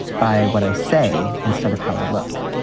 by what i say instead of how i look.